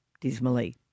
dismally